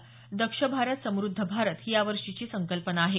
दक्ष भारत समुद्ध भारत ही यावर्षीची संकल्पना आहे